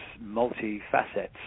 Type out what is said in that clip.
multi-facets